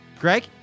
Greg